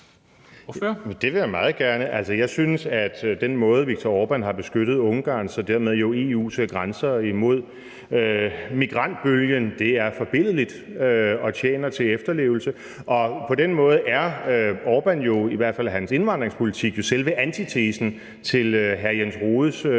Det vil jeg meget gerne. Jeg synes, at den måde, Viktor Orban har beskyttet Ungarns og dermed jo EU's grænser imod migrantbølgen, er forbilledlig og tjener til efterlevelse. Og på den måde er Orban jo, i hvert fald hans indvandringspolitik, selve antitesen til hr. Jens Rohdes